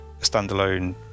standalone